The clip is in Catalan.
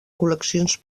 col·leccions